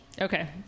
okay